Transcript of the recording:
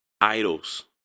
idols